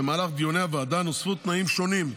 במהלך דיוני הוועדה נוספו תנאים שונים,